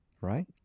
right